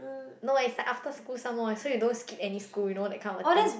no is like after school some more leh so you don't skip any school you know that kind of thing